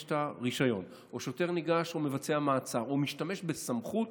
את הרישיון או שוטר ניגש ומבצע מעצר או משתמש בסמכות,